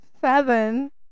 seven